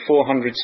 400